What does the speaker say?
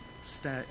stay